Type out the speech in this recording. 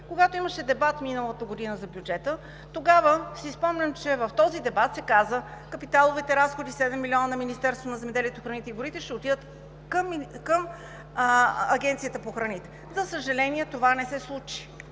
Когато миналата година имаше дебат за бюджета, си спомням, че в този дебат се каза: капиталовите разходи – 7 милиона, на Министерството на земеделието, храните и горите ще отидат към Агенцията по храните. За съжаление, това не се случи.